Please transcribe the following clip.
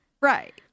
right